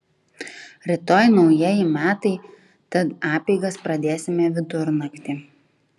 rytoj naujieji metai tad apeigas pradėsime vidurnaktį